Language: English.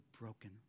broken